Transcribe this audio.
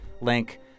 link